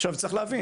עכשיו, צריך להבין.